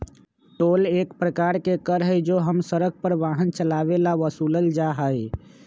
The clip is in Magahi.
टोल एक प्रकार के कर हई जो हम सड़क पर वाहन चलावे ला वसूलल जाहई